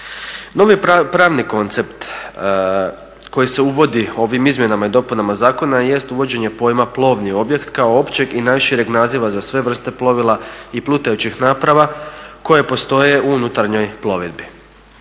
Novi pravni koncept koji se uvodi ovim izmjenama i dopunama zakona jest uvođenje pojma plovni objekt kao općeg i najšireg naziva za sve vrste plovila i plutajućih naprava koje postoje u nutarnjoj plovidbi.